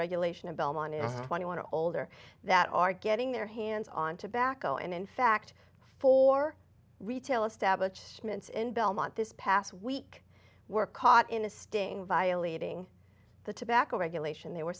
regulation of belmont is one you want to older that are getting their hands on tobacco and in fact four retail establishments in belmont this past week were caught in a sting violating the tobacco regulation they were